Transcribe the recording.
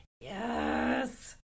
yes